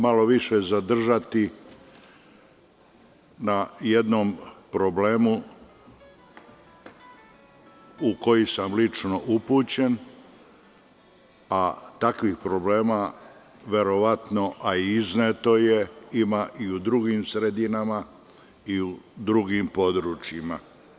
Malo više ću se zadržati na jednom problemu u koji sam lično upućen, a takvih problema ima i u drugim sredinama i u drugim područjima.